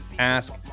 Ask